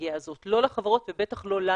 הפריבילגיה הזאת לא לחברות ובטח לא לנו,